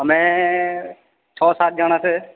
અમે છ સાત જણા છે